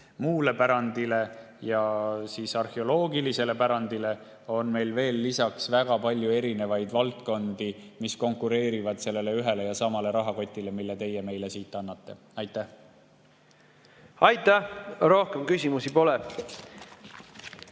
muule pärandile, arheoloogilisele pärandile on meil veel väga palju erinevaid valdkondi, mis konkureerivad sellele ühele ja samale rahakotile, mille teie meile siit annate. Aitäh! Rohkem küsimusi pole.